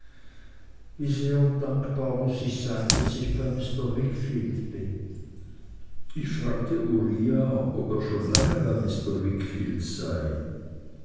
wie sehr muß ich dankbar sein daß ich bei mr wickfield bin ich fragte uriah ob er schon lange bei mr wickfield sei